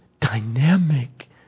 dynamic